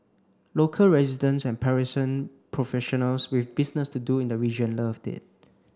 local residents and Parisian professionals with business to do in the region love it